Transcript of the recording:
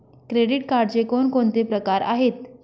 Credit कार्डचे कोणकोणते प्रकार आहेत?